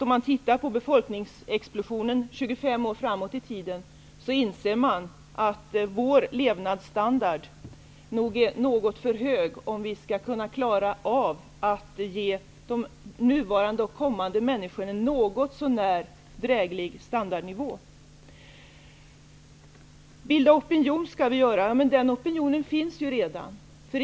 Om man tittar på befolkningsexplosionen 25 år framåt i tiden inser man att vår levnadsstandard är något för hög, om vi skall kunna klara av att ge den nuvarande generationen och de kommande en något så när dräglig standard. Lennart Fremling säger att vi skall bilda opinion. Den opinionen finns redan.